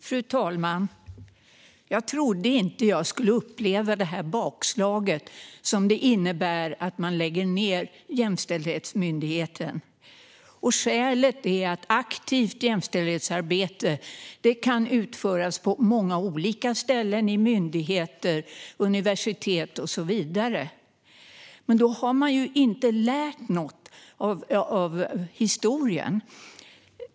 Fru talman! Jag trodde inte att jag skulle uppleva det bakslag som det innebär att man lägger ned Jämställdhetsmyndigheten av det skälet att aktivt jämställdhetsarbete kan utföras på många olika ställen inom myndigheter, universitet och så vidare. Då har man inte lärt något av historien.